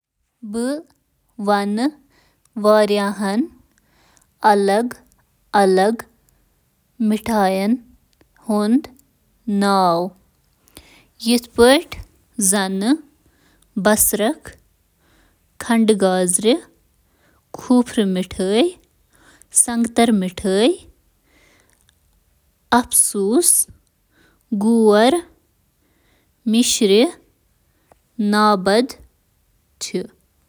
بہٕ چُھس کم از کم. ٲٹھ۔ نایِن گھنٹہٕ شۄنٛگان۔ زِیٛادٕ تر بالغن چھِ پرٛٮ۪تھ رٲژ 7 یا اَمہِ کھۄتہٕ زِیٛادٕ گھنٹہٕ شۄنٛگ باقٲعدٕ وقتس پٮ۪ٹھ اصل معیارٕچ نیٚندٕر حٲصِل کرٕنۍ تہِ چھِ ضروٗری تاکہِ ییٚلہِ تُہۍ وۄتھان چھِو تیٚلہِ چھِو تۄہہِ آرام محسوٗس کران۔